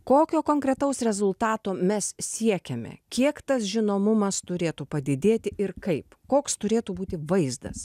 kokio konkretaus rezultato mes siekiame kiek tas žinomumas turėtų padidėti ir kaip koks turėtų būti vaizdas